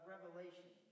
Revelation